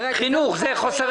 פנייה מס' 448 חינוך, חוסרי